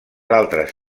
altres